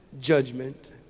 judgment